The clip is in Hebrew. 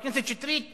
חבר הכנסת שטרית,